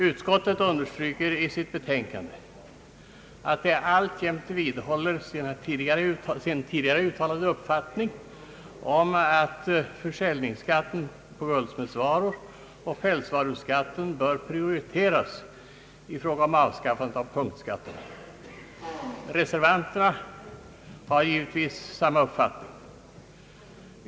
Utskottet understryker i sitt betänkande att det alltjämt vidhåller sin tidigare uttalade uppfattning att försäljningsskatten på guldsmedsvaror och pälsvaruskatten bör prioriteras i fråga om avskaffandet av punktskatterna. Reservanterna har givetvis samma uppfattning.